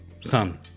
Son